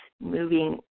moving